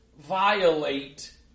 violate